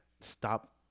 stop